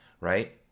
right